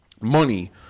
Money